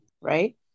right